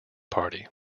party